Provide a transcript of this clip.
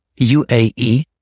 UAE